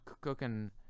cooking